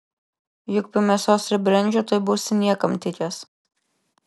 juk be mėsos ir brendžio tuoj būsi niekam tikęs